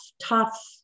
tough